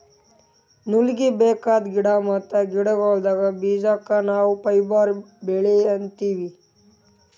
ನೂಲೀಗಿ ಬೇಕಾದ್ ಗಿಡಾ ಮತ್ತ್ ಗಿಡಗೋಳ್ದ ಬೀಜಕ್ಕ ನಾವ್ ಫೈಬರ್ ಬೆಳಿ ಅಂತೀವಿ